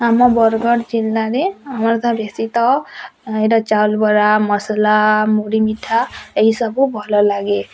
ଆମ ବରଗଡ଼ ଜିଲ୍ଲାରେ ଆମର ତ ବେଶୀ ତ ଏଇଟା ଚାଉଲ ବରା ମସଲା ମୁଢ଼ି ମିଠା ଏଇସବୁ ଭଲ ଲାଗେ